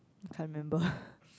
I can't remember